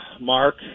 Mark